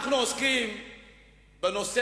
לחוקי